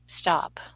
Stop